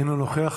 אינו נוכח.